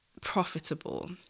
profitable